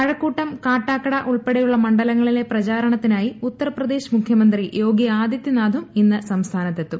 കഴക്കൂട്ടം കാട്ടാക്കട ഉൾപ്പെടെയുള്ള മണ്ഡലങ്ങളിലെ പ്രചാരണത്തിനായി ഉത്തർപ്രദേശ് മുഖ്യമന്ത്രി യോഗി ആദിത്യനാഥും ഇന്ന് സംസ്ഥാനത്തെത്തും